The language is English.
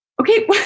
Okay